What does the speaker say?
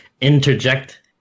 interject